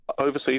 overseas